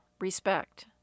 respect